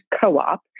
co-op